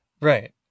right